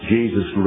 Jesus